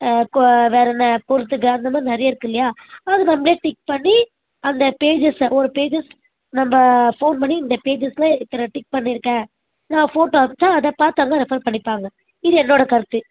வேறு என்ன பொருத்துக அந்த மாதிரி நிறைய இருக்கு இல்லையா அதை நம்மளே டிக் பண்ணி அந்த பேஜஸ்ஸை ஒரு பேஜை நம்ம ஃபோன் பண்ணி இந்த பேஜஸில் இத்தனை டிக் பண்ணி இருக்கேன் நான் ஃபோட்டோ அனுப்புவேன் அதை பார்த்து அங்கே ரெஃபர் பண்ணிப்பாங்க இது என்னோட கருத்து